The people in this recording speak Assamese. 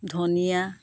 ধনিয়া